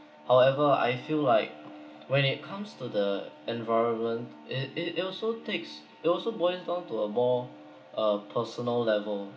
however I feel like when it comes to the environment it it it also takes it also boils down to a more uh personal level